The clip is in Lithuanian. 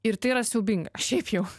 ir tai yra siaubinga šiaip jau